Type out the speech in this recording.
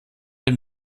dem